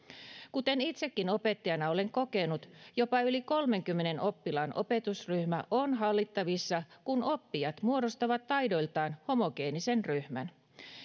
kuten itsekin opettajana olen kokenut jopa yli kolmeenkymmeneen oppilaan opetusryhmä on hallittavissa kun oppijat muodostavat taidoiltaan homogeenisen ryhmän